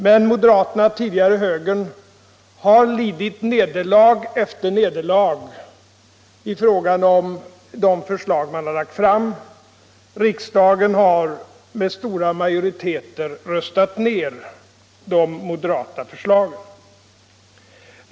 Men moderaterna och tidigare högern har lidit nederlag efter nederlag i fråga om de förslag de har lagt fram. Riksdagen har med stora majoriteter röstat ned de moderata förslagen.